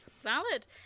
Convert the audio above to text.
Valid